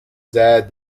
the